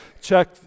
check